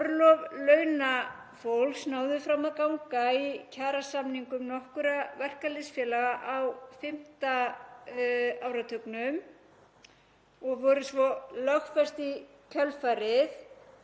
orlof launafólks náðu fram að ganga í kjarasamningum nokkurra verkalýðsfélaga á fimmta áratugnum og voru svo lögfest í kjölfarið.